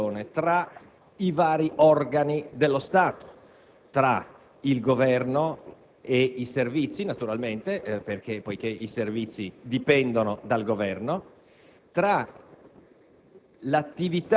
fattiva collaborazione tra i vari organi dello Stato, tra il Governo e i Servizi, naturalmente (poiché i Servizi dipendono dal Governo),